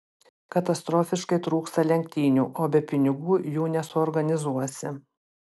katastrofiškai trūksta lenktynių o be pinigų jų nesuorganizuosi